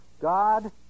God